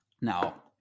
Now